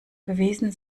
gewesen